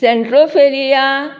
सेंट्रोफेरीया